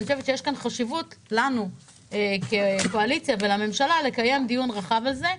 יש חשיבות שאנחנו כקואליציה ולממשלה לקיים דיון רחב על זה.